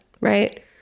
right